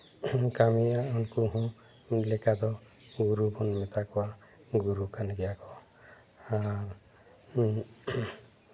ᱠᱟᱹᱢᱤᱭᱟ ᱩᱱᱠᱩ ᱦᱚᱸ ᱤᱧ ᱞᱮᱠᱟ ᱫᱚ ᱜᱩᱨᱩ ᱵᱚᱱ ᱢᱮᱛᱟ ᱠᱚᱣᱟ ᱜᱩᱨᱩ ᱠᱟᱱ ᱜᱮᱭᱟ ᱠᱚ ᱟᱨ